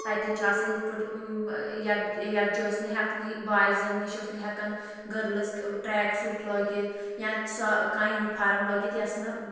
تَتن چھُ آسان یِتھٕ پٲٹھۍ یِتھ یتھ جٲے ٲسۍ نہٕ ہٮ۪کنٕے بایزَن نِش اوس نہٕ ہٮ۪کان گٔرلٔز ٹرٛیک سوٗٹ لٲگِتھ یا سۄ کانٛہہ یوٗنِفارم لٲگِتھ یۄس نہٕ